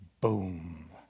Boom